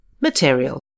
Material